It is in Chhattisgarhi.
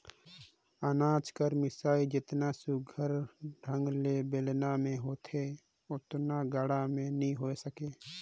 अनाज कर मिसई हर जेतना सुग्घर ढंग ले बेलना मे होथे ओतना गाड़ा मे नी होए सके